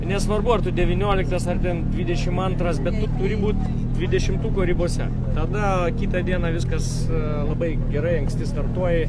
nesvarbu ar tu devynioliktas ar ten dvidešim antras bet tu turi būt dvidešimtuko ribose tada kitą dieną viskas labai gerai anksti startuoji